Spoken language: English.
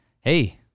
hey